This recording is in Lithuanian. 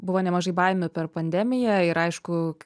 buvo nemažai baimių per pandemiją ir aišku